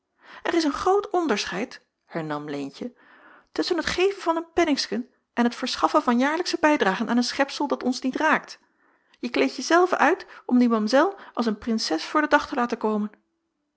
er is een groot onderscheid hernam leentje tusschen het geven van een penningsken en het verschaffen van jaarlijksche bijdragen aan een schepsel dat ons niet raakt je kleedt je zelven uit om die mamzel als een prinses voor den dag te laten komen